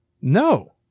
No